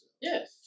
Yes